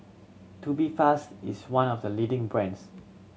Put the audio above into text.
Tubifast is one of the leading brands